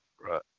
Right